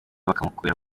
bakamukorera